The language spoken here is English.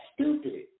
stupid